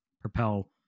propel